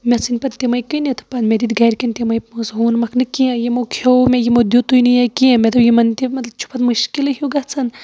مےٚ ژھٕنۍ پَتہٕ تِمَے کٕنِتھ مےٚ دِتۍ گرِکٮ۪ن تِمَے پونٛسہٕ ہُہ ووٚنمَکھ نہٕ کیٚنہہ یِمو کھٮ۪و مےٚ یِمو دِتُے نہٕ یا کینہہ مےٚ دوٚپ یِمن تہِ چھُ پَتہٕ مُشکِلٕے ہیٚو گژھان